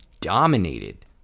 dominated